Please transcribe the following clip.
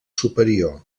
superior